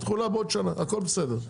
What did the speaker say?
תחולה בעוד שנה הכל בסדר.